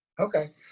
Okay